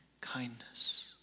kindness